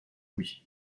louis